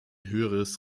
höheres